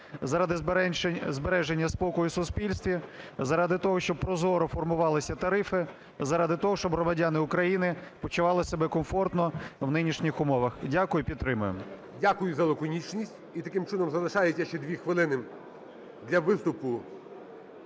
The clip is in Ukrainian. заради збереження спокою у суспільстві, заради того, щоб прозоро формувалися тарифи і заради того, щоб громадяни України почували себе комфортно в нинішніх умовах. Дякую. Підтримуємо. ГОЛОВУЮЧИЙ. Дякую за лаконічність. І, таким чином, залишається ще 2 хвилини для виступу